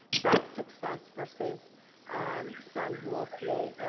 that's success. versus some who will see,